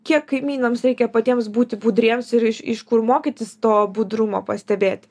kiek kaimynams reikia patiems būti budriems ir iš iš kur mokytis to budrumo pastebėt